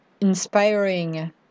inspiring